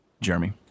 Jeremy